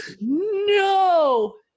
no